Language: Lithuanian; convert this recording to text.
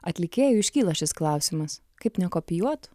atlikėjui iškyla šis klausimas kaip nekopijuot